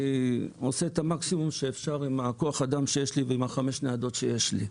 אני עושה את המקסימום שאפשר עם כוח האדם שיש לי ועם חמש הניידות שיש לי.